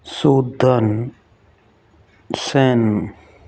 ਸੋਦਨਸੈਨ